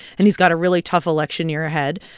and he's got a really tough election year ahead.